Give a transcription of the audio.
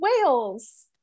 whales